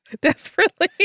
Desperately